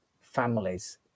families